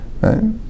right